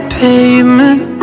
pavement